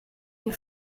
die